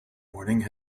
morning